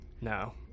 No